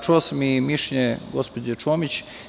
Čuo sam i mišljenje gospođe Čomić.